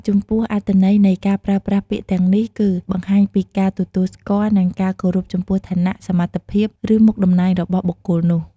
ចំពោះអត្ថន័យនៃការប្រើប្រាស់ពាក្យទាំងនេះគឺ បង្ហាញពីការទទួលស្គាល់ និងការគោរពចំពោះឋានៈ សមត្ថភាព ឬមុខតំណែងរបស់បុគ្គលនោះ។